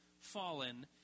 fallen